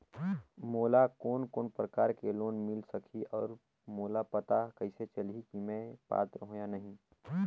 मोला कोन कोन प्रकार के लोन मिल सकही और मोला पता कइसे चलही की मैं पात्र हों या नहीं?